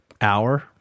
hour